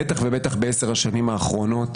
בטח ובטח ב-10 השנים האחרונות,